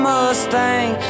Mustang